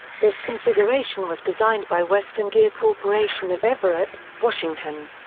this configuration was designed by western gear corp. of everett, washington.